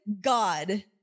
God